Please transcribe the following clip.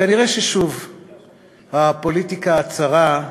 כנראה שוב הפוליטיקה הצרה,